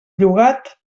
llogat